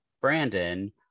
Brandon